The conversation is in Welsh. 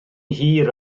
hir